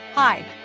Hi